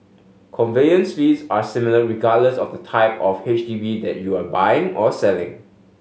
conveyance fees are similar regardless of the type of H D B that you are buying or selling